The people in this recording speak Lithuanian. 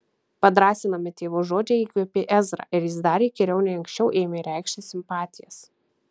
padrąsinami tėvo žodžiai įkvėpė ezrą ir jis dar įkyriau nei anksčiau ėmė reikšti simpatijas